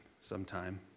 sometime